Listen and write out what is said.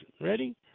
Ready